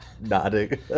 Nodding